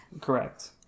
Correct